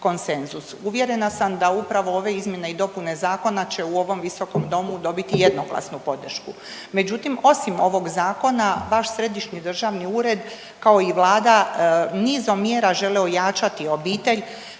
Uvjerena sam da upravo ove izmjene i dopune zakona će u ovom visokom domu dobiti jednoglasnu podršku. Međutim, osim ovog zakona baš središnji državni ured kao i vlada nizom mjera žele ojačati obitelj